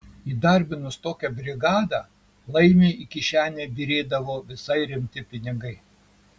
įdarbinus tokią brigadą laimiui į kišenę byrėdavo visai rimti pinigai